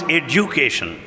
education